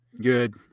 Good